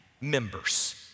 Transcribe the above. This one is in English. members